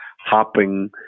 hopping